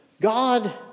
god